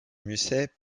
musset